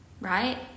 right